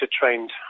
trained